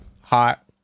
hot